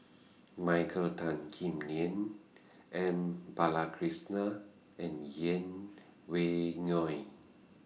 Michael Tan Kim Nei M Balakrishnan and Yeng Pway Ngon